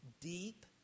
deep